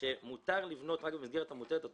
לפיהם "מותר לבנות רק במסגרת המותרת לתוכנית,